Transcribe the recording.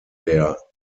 der